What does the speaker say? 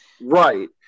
Right